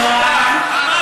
יואב.